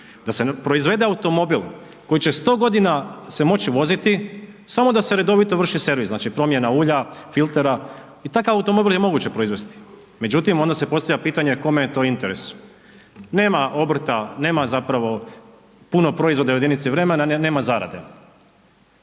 da se proizvede automobil koji će 100 godina se moći voziti, samo da se redovito vrši servis, znači promjena ulja, filtera i takav automobil je moguće proizvesti. Međutim, onda se postavlja pitanje kome je to interes. Nema obrta, nema zapravo puno proizvoda u jedinici vremena, nema zarade.